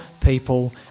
people